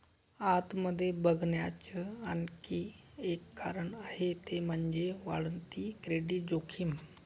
आत मध्ये बघण्याच आणखी एक कारण आहे ते म्हणजे, वाढती क्रेडिट जोखीम